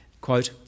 quote